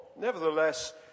Nevertheless